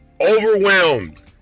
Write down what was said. overwhelmed